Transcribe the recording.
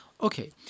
Okay